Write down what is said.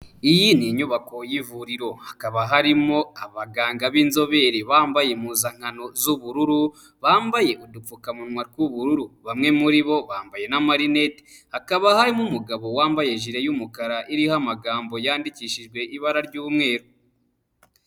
Iyi ni inyubako y'ivuriro hakaba harimo abaganga b'inzobere bambaye impuzankano z'ubururu, bambaye udupfukamunwa tw'ubururu, bamwe muri bo bambaye n'amarinete, hakaba harimo umugabo wambaye ijire y'umukara iriho amagambo yandikishijwe ibara ry'umweru.